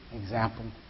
example